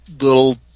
little